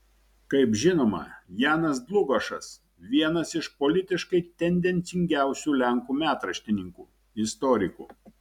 kaip žinoma janas dlugošas vienas iš politiškai tendencingiausių lenkų metraštininkų istorikų